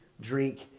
drink